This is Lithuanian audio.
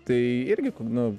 tai irgi nu